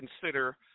consider